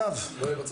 הוא לא יהיה בתוך הצו.